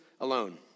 alone